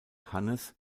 hannes